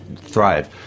thrive